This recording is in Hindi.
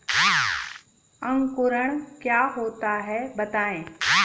अंकुरण क्या होता है बताएँ?